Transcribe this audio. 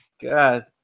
God